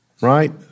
right